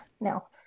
No